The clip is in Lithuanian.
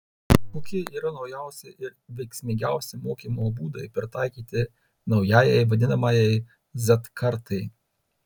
kokie yra naujausi ir veiksmingiausi mokymo būdai pritaikyti naujajai vadinamajai z kartai